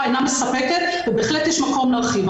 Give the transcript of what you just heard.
אינה מספקת ובהחלט יש מקום להרחיב,